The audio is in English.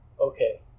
okay